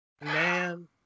man